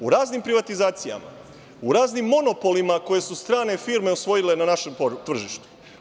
U raznim privatizacijama, u raznim monopolima koje su strane firme osvojile na našem tržištu.